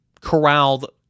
corralled